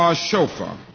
ah chauffeur. um